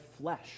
flesh